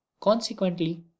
Consequently